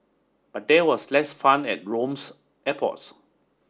but there was less fun at Rome's airports